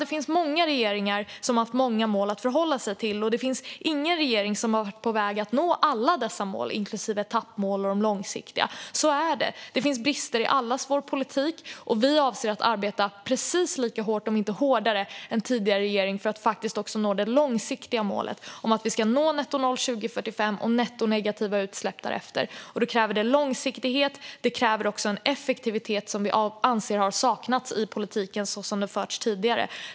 Det finns många regeringar som har haft många mål att förhålla sig till, och det finns ingen regering som har varit på väg att nå alla dessa mål, inklusive etappmål och de långsiktiga målen - så är det. Det finns brister i allas vår politik. Vi avser att arbeta precis lika hårt, om inte hårdare, än tidigare regering för att faktiskt också nå det långsiktiga målet om att vi ska nå nettonoll 2045 och nettonegativa utsläpp därefter. Det kräver långsiktighet och en effektivitet som vi anser har saknats i politiken som har förts tidigare.